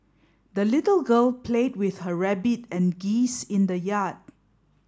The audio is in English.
the little girl played with her rabbit and geese in the yard